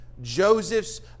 Joseph's